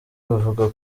bavuga